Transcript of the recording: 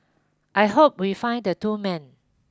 I hope we find the two men